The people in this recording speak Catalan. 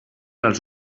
als